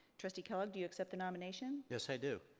trustee kellogg, do you accept the nomination? yes, i do.